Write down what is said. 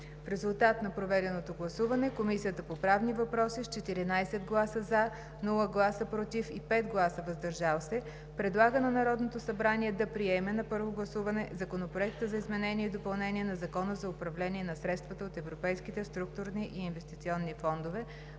В резултат на проведеното гласуване Комисията по правни въпроси с 14 гласа „за“, без „против“ и 5 гласа „въздържал се“ предлага на Народното събрание да приеме на първо гласуване Законопроект за изменение и допълнение на Закона за управление на средствата от Европейските структурни и инвестиционни фондове,